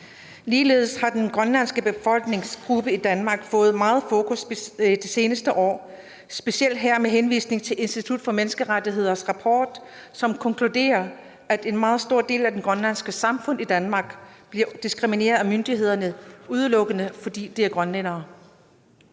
Ligeledes har den grønlandske befolkningsgruppe i Danmark fået meget fokus det seneste år på grund af Institut for Menneskerettigheders rapport, som konkluderer, at en meget stor del af det grønlandske samfund i Danmark bliver diskrimineret af myndighederne, udelukkende fordi de er grønlændere.